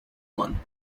one